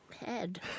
head